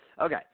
Okay